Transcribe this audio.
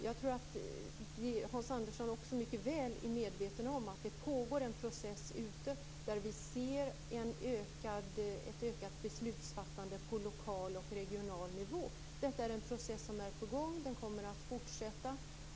Jag tror att också Hans Andersson är mycket väl medveten om att det pågår en process mot ett ökat beslutsfattande på lokal och regional nivå. Detta är en process som är på gång och kommer att fortsätta.